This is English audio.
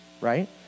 right